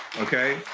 okay.